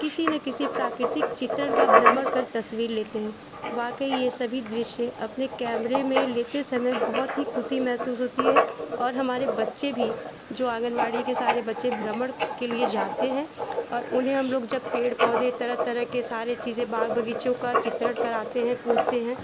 किसी न किसी प्राकृतिक चित्रण का भ्रमण कर तस्वीर लेते हैं वाकई ये सभी दृश्य अपने कैमरे में लेते समय बहुत ही खुशी महसूस होती है और हमारे बच्चे भी जो आंगनबाड़ी केन्द्र के सारे बच्चे भ्रमण के लिए जाते हैं और उन्हें हम लोग जब पेड़ पौधे तरह तरह के सारे चीज़ें बाग बगीचों का चित्रण कराते हैं पूछते हैं